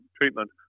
treatment